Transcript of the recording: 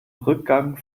rückgang